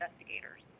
investigators